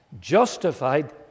Justified